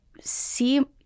see